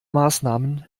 maßnahmen